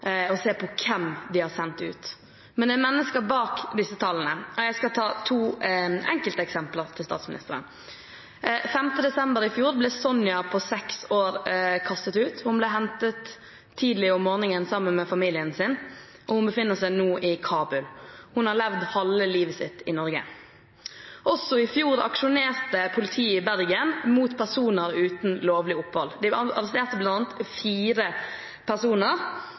se på hvem de har sendt ut. Men det er mennesker bak disse tallene. Jeg skal nevne to enkelteksempler for statsministeren. Den 5. desember i fjor ble Sonya på seks år kastet ut. Hun ble hentet tidlig om morgenen sammen med familien sin. Hun befinner seg nå i Kabul. Hun har levd halve livet sitt i Norge. I fjor aksjonerte også politiet i Bergen mot personer uten lovlig opphold. De arresterte bl.a. fire personer